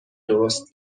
درست